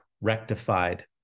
rectified